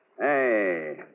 Hey